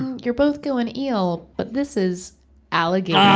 you're both going eel, but this is alligator. ah,